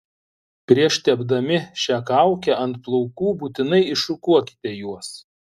prieš tepdami šią kaukę ant plaukų būtinai iššukuokite juos